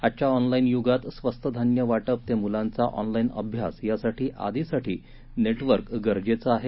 आजच्या ऑनलाईन युगात स्वस्त धान्य वाटप ते मुलांचा ऑनलाईन अभ्यास आदीसाठी नेटवर्क गरजेचं आहे